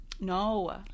no